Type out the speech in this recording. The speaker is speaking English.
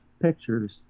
pictures